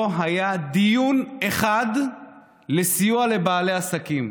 לא היה דיון אחד לסיוע לבעלי עסקים.